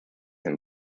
and